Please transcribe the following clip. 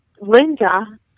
Linda